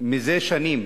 זה שנים